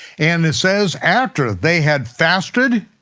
and it says after they had fasted,